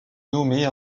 nommée